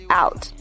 out